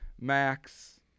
Max